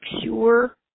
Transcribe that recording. pure